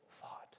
thought